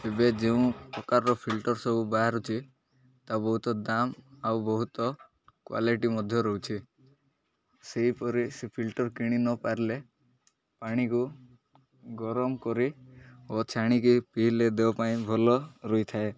ଏବେ ଯେଉଁ ପ୍ରକାରର ଫିଲ୍ଟର ସବୁ ବାହାରୁଛି ତା ବହୁତ ଦାମ ଆଉ ବହୁତ କ୍ୱାଲିଟି ମଧ୍ୟ ରହୁଛି ସେହିପରି ସେ ଫିଲ୍ଟର କିଣି ନ ପାରିଲେ ପାଣିକୁ ଗରମ କରି ଓ ଛାଣିକି ପିଇଲେ ଦେହ ପାଇଁ ଭଲ ରହିଥାଏ